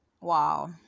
Wow